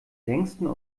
längsten